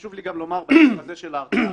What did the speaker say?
חשוב לי גם לומר בפן הזה של ההרתעה,